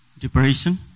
Depression